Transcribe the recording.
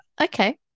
Okay